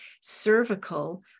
cervical